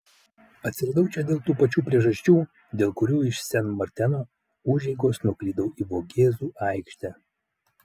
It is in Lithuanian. atsiradau čia dėl tų pačių priežasčių dėl kurių iš sen marteno užeigos nuklydau į vogėzų aikštę